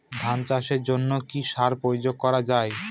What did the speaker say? ধান চাষের জন্য কি কি সার প্রয়োগ করা য়ায়?